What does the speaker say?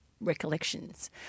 recollections